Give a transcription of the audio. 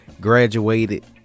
graduated